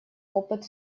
опыт